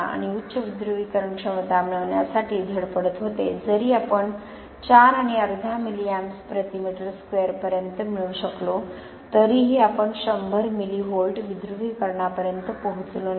आणि उच्च विध्रुवीकरण क्षमता मिळविण्यासाठी धडपडत होते जरी आपण 4 आणि अर्धा मिली amps प्रति मीटर स्क्वेअर पर्यंत मिळवू शकलो तरीही आपण100 मिली व्होल्ट विध्रुवीकरणापर्यंत पोहोचलो नाही